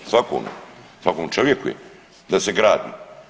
Svakome, svakom čovjeku je da se gradi.